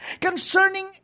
concerning